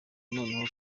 noneho